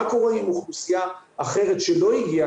מה קורה עם אוכלוסייה אחרת שלא הגיעה